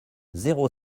zéro